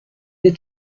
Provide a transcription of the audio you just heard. des